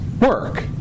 work